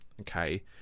okay